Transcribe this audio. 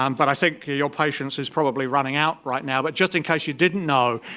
um but i think your patience is probably running out right now, but just in case you didn't know,